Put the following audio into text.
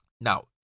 now